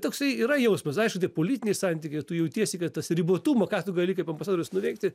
toksai yra jausmas aišku tai politiniai santykiai tu jautiesi kad tas ribotumo ką tu gali kaip ambasadorius nuveikti